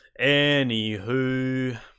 Anywho